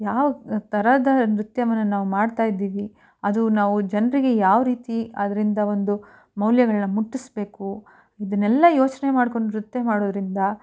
ಯಾವ ಥರದ ನೃತ್ಯವನ್ನು ನಾವು ಮಾಡ್ತಾಯಿದ್ದೀವಿ ಅದು ನಾವು ಜನರಿಗೆ ಯಾವ ರೀತಿ ಅದರಿಂದ ಒಂದು ಮೌಲ್ಯಗಳನ್ನು ಮುಟ್ಟಿಸಬೇಕು ಇದನ್ನೆಲ್ಲ ಯೋಚನೆ ಮಾಡ್ಕೊಂಡು ನೃತ್ಯ ಮಾಡೋದರಿಂದ